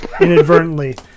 inadvertently